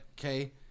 Okay